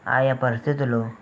ఆయా పరిస్థితులు